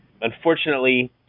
unfortunately